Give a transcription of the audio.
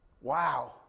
Wow